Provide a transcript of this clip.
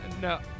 No